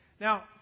Now